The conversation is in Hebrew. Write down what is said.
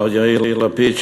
מר יאיר לפיד,